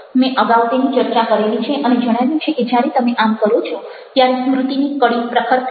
મેં અગાઉ તેની ચર્ચા કરેલી છે અને જણાવ્યું છે કે જ્યારે તમે આમ કરો છો ત્યારે સ્મૃતિની કડી પ્રખર થાય છે